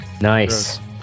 Nice